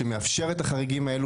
שמאפשר את החריגים האלה.